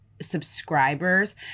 subscribers